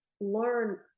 learn